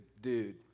dude